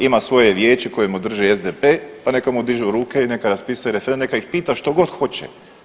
Ima svoje vijeće koje mu drži SDP, pa neka mu dižu ruke i neka raspisuje referendum i neka ih pita što god hoće.